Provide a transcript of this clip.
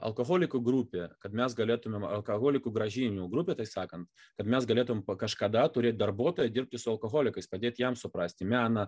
alkoholikų grupė kad mes galėtumėm alkoholikų grąžinimo grupė taip sakant kad mes galėtumėm kažkada turėt darbuotoją dirbti su alkoholikais padėti jiem suprasti meną